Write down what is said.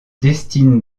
destine